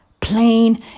Plain